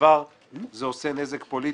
כבר זה עושה נזק פוליטי,